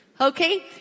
Okay